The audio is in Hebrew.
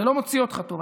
זה לא מוציא אותך טוב.